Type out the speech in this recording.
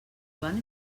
joan